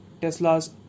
Tesla's